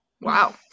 Wow